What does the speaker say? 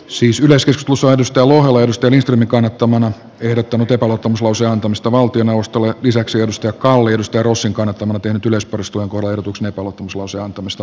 siis yleiset pusuetystä unohdusten istuimen kannattamana ylittänyt epäluottamuslauseen antamista valtioneuvostolle lisäksi oystä kaalli liste russin kannattamana tehnyt ylös porstuan korotuksen epäluottamuslause antamista